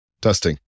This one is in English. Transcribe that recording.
testing